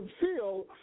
feel